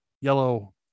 yellow